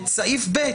את סעיף (ב)